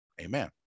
Amen